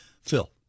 Phil